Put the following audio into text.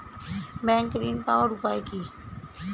Bank ঋণ পাওয়ার উপায় কি?